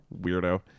weirdo